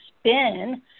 spin